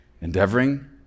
Endeavoring